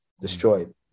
destroyed